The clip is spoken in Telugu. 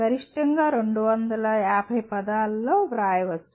గరిష్టంగా 250 పదాలలో వ్రాయవచ్చు